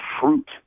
fruit